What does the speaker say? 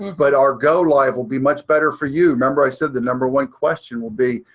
but our go live will be much better for you. remember i said the number one question will be,